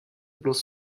bloß